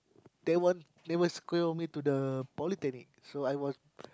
that one they were secure me to the Polytechnic so I was